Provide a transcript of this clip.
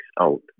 out